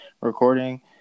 recording